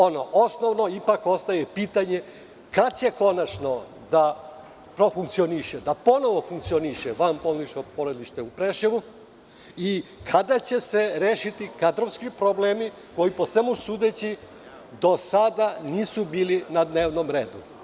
Ostaje pitanje - kada će konačno da profunkcioniše, da ponovo funkcioniše, porodilište u Preševu i kada će se rešiti kadrovski problemi koji, po svemu sudeći, do sada nisu bili na dnevnom redu?